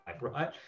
right